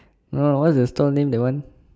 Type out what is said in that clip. no no what is the store name that one